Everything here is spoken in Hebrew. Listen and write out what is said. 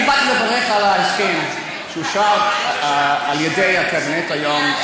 אני באתי לברך על ההסכם שאושר על-ידי הקבינט היום,